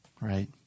Right